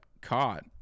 caught